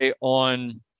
on